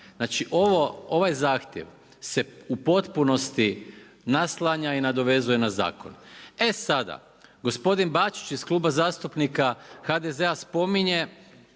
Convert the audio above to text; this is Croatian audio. Znači ovaj zahtjev se u potpunosti naslanja i nadovezuje na zakon. E sada, gospodin Bačić iz Kluba zastupnika HDZ-a spominje